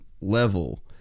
level